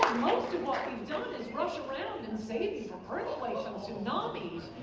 most of what we've done is rush around and save people like so tsunamis